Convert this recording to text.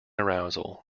arousal